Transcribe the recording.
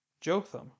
Jotham